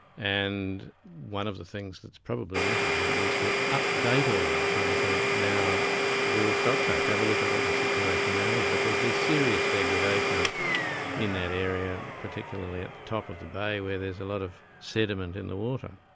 and one of the things that's probably necessary is to update all that and to now do a stock-take, have a look at what the situation now is, because there's serious degradation in that area, particularly at the top of the bay where there's a lot of sediment in the water.